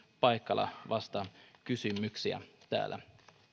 paikalla vastaamassa kysymyksiin täällä